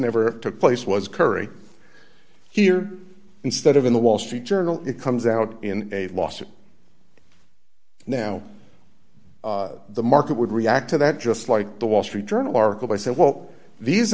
never took place was current here instead of in the wall street journal it comes out in a lawsuit now the market would react to that just like the wall street journal article by say well these